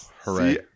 Hooray